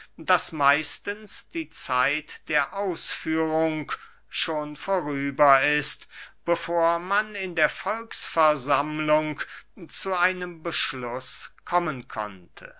daß meistens die zeit der ausführung schon vorüber ist bevor man in der volksversammlung zu einem beschluß kommen konnte